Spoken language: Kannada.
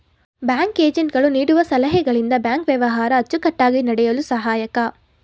ಬ್ಯಾಂಕ್ ಏಜೆಂಟ್ ಗಳು ನೀಡುವ ಸಲಹೆಗಳಿಂದ ಬ್ಯಾಂಕ್ ವ್ಯವಹಾರ ಅಚ್ಚುಕಟ್ಟಾಗಿ ನಡೆಯಲು ಸಹಾಯಕ